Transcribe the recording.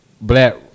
black